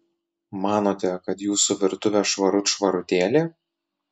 manote kad jūsų virtuvė švarut švarutėlė